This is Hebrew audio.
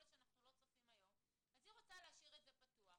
להיות שאנחנו לא צופים היום אז היא רוצה להשאיר את זה פתוח.